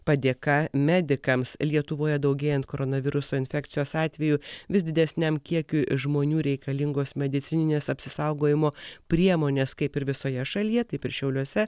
padėka medikams lietuvoje daugėjant koronaviruso infekcijos atvejų vis didesniam kiekiui žmonių reikalingos medicininės apsisaugojimo priemonės kaip ir visoje šalyje taip ir šiauliuose